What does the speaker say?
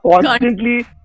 constantly